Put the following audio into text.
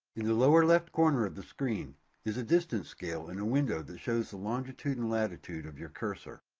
in the lower left corner of the screen is a distance scale and a window that shows the longitude and latitude of your curser.